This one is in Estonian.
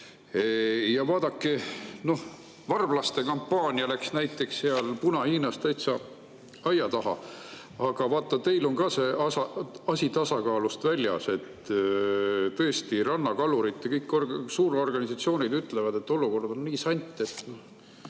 Ja vaadake, varblastekampaania läks näiteks Puna-Hiinas täitsa aia taha. Vaat, teil on ka see asi tasakaalust väljas. Kõik rannakalurite suurorganisatsioonid ütlevad, et olukord on nii sant, et